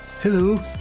Hello